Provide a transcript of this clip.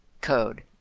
code